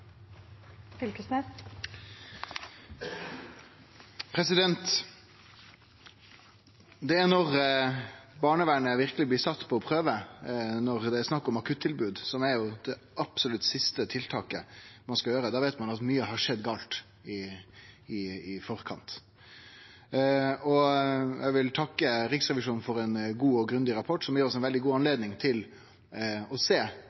i opprinnelseslandet. Det er når barnevernet verkeleg blir sett på prøve, når det er snakk om akuttilbod, som er det absolutt siste tiltaket ein skal gjere, ein veit at mykje galt har skjedd i forkant. Eg vil takke Riksrevisjonen for ein god og grundig rapport, som gir oss eit veldig godt høve til å